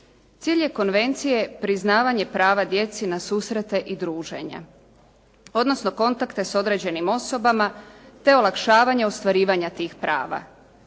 Cilj je konvencije priznavanje prava djeci na susrete i druženja, odnosno kontakte s određenim osobama te olakšavanje ostvarivanja tih prava.